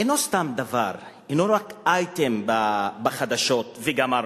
אינו סתם דבר, אינו רק אייטם בחדשות וגמרנו.